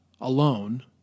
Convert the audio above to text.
alone